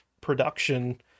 production